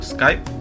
Skype